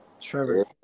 Trevor